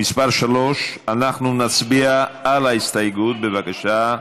לסעיף 3. אנחנו נצביע על ההסתייגות, בבקשה.